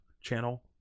channel